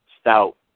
stout